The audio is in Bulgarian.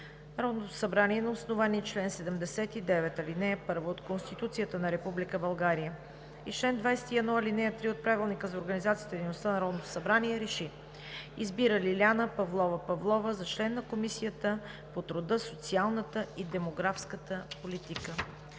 Народното събрание на основание чл. 79, ал. 1 от Конституцията на Република България и чл. 21, ал. 3 от Правилника за организацията и дейността на Народното събрание РЕШИ: Избира Лиляна Павлова Павлова за член на Комисията по труда, социалната и демографската политика.“